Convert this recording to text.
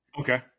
Okay